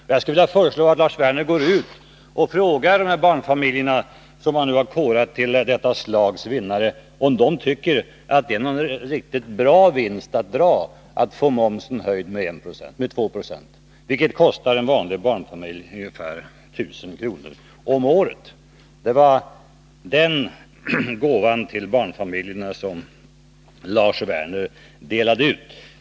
Jag skulle vilja föreslå Lars Werner att gå ut och fråga barnfamiljerna, som han nu har korat till detta slags vinnare, om de tycker att det är någon riktigt bra vinst att dra att få momsen höjd med 2 96, vilket kostar en vanlig barnfamilj ungefär 1 000 kr. om året. Det var den gåvan till barnfamiljerna som Lars Werner delade ut.